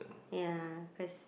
ya cause